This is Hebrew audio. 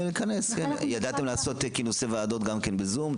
ידעתם לעשות כינוסי ועדות גם בזום.